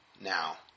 now